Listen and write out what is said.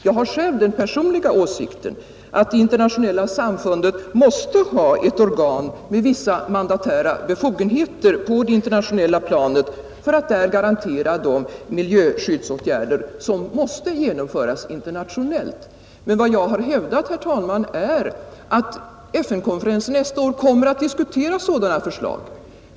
Jag har den personliga åsikten att det internationella samfundet måste ha ett organ med vissa mandatära befogenheter på det internationella planet för att 135 där garantera de miljöskyddsåtgärder som måste genomföras internationellt. Men vad jag har hävdat, herr talman, är att FN-konferensen nästa år kommer att diskutera sådana förslag.